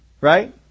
Right